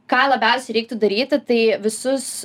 ką labiausiai reiktų daryti tai visus